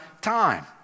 time